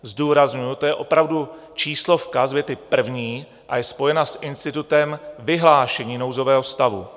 Zdůrazňuji, to je opravdu číslovka z věty první a je spojena s institutem vyhlášení nouzového stavu.